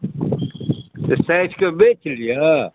तऽ साठि के बेच लिअ